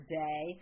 day